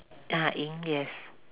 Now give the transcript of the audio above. ah 赢 yes